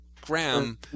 Graham